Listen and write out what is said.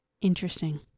Interesting